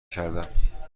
کردم